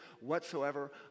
whatsoever